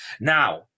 Now